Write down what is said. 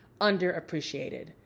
underappreciated